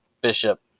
Bishop